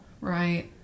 Right